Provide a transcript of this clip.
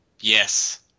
Yes